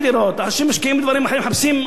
אנשים משקיעים בדברים אחרים, מחפשים אלטרנטיבות.